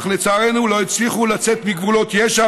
אך לצערנו לא הצליחו לצאת מגבולות יש"ע